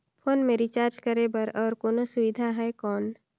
Phone मे recharge करे बर और कोनो सुविधा है कौन?